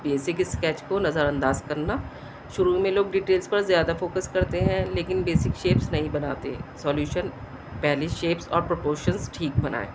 basic sketch کو نظر انداز کرنا شروع میں لوگ ڈیٹیلس پر زیادہ فوکس کرتے ہیں لیکن بیسک شیپس نہیں بناتے سولیوشن پہلے شیپس اور پرپورشنس ٹھیک بنائیں